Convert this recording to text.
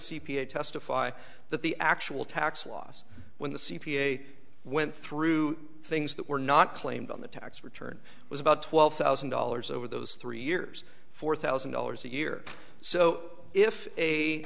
a testify that the actual tax loss when the c p a went through things that were not claimed on the tax return was about twelve thousand dollars over those three years four thousand dollars a year so if a